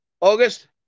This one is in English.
August